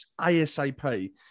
asap